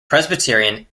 presbyterian